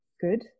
good